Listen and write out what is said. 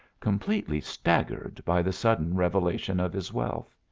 completely staggered by the sudden revelation of his wealth.